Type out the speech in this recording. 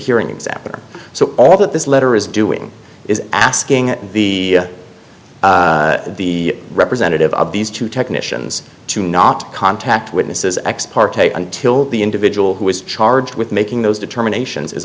hearing examiner so all that this letter is doing is asking the the representative of these two technicians to not contact witnesses ex parte until the individual who is charged with making those determinations is